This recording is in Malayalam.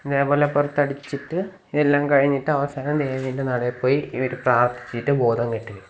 ഇതേപോലെ പുറത്തടിച്ചിട്ട് എല്ലാം കഴിഞ്ഞിട്ടവസാനം ദേവീൻ്റെ നടയിൽപ്പോയി ഇവർ പ്രാർത്ഥിച്ചിട്ട് ബോധം കെട്ട് വീഴും